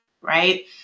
right